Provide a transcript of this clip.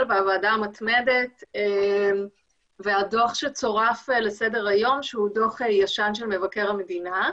והוועדה המתמדת והדוח שצורף לסדר היום שהוא דוח ישן של מבקר המדינה.